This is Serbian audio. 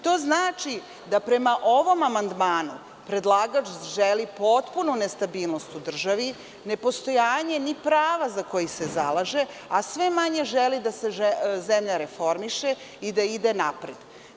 To znači, da prema ovom amandmanu predlagač želi potpunu nestabilnost u državi, nepostojanje ni prava za koja se zalaže, a sve manje želi da se zemlja reformiše i da ide napred.